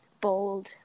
Bold